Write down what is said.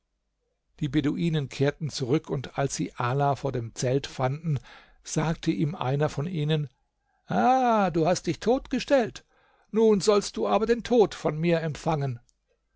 die beduinen kehrten zurück und als sie ala vor dem zelt fanden sagte ihm einer von ihnen ah du hast dich tot gestellt nun sollst du aber den tod von mir empfangen